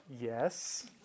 yes